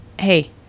hey